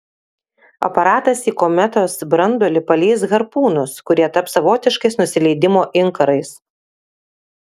aparatas į kometos branduolį paleis harpūnus kurie taps savotiškais nusileidimo inkarais